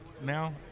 now